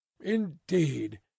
Indeed